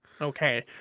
Okay